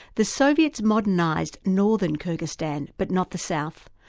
the soviets modernised northern kyrgyzstan, but not the south,